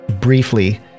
briefly